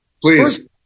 Please